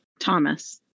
Thomas